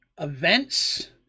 events